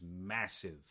massive